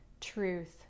truth